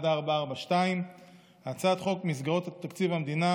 מ/442); 3. הצעת חוק מסגרות תקציב המדינה